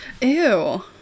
Ew